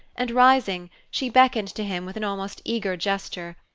and, rising, she beckoned to him with an almost eager gesture.